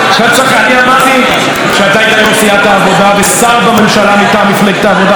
אני אמרתי שאתה היית יו"ר סיעת העבודה ושר בממשלה מטעם מפלגת העבודה,